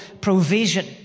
provision